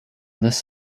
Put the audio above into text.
this